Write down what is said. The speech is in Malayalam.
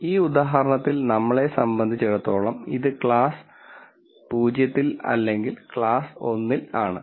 അതിനാൽ ഈ ഉദാഹരണത്തിൽ നമ്മളെ സംബന്ധിച്ചിടത്തോളം ഇത് ക്ലാസ് 0 അല്ലെങ്കിൽ ക്ലാസ് 1 ആണ്